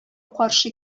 каршы